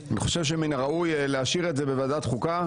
אני חושב שמן הראוי להשאיר את זה בוועדת החוקה,